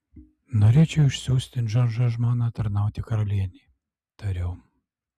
norėčiau išsiųsti džordžo žmoną tarnauti karalienei tariau